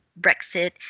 Brexit